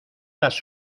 las